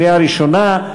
לקריאה ראשונה.